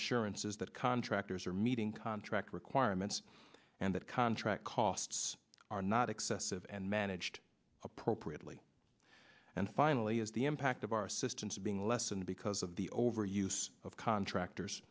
assurances that contractors are meeting contract requirements and that contract costs are not excessive and managed appropriately and finally is the impact of our systems being lessened because of the over use of contractors